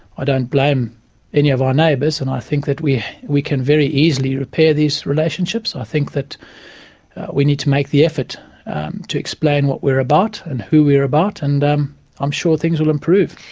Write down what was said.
i don't blame any of our neighbours and i think that we we can very easily repair these relationships. i think that we need to make the effort to explain what we're about and who we're about and um i'm sure things will improve.